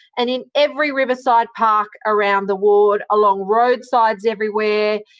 and in every riverside park around the ward, along roadsides everywhere,